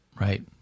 right